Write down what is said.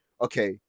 okay